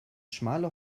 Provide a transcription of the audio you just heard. schmale